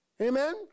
Amen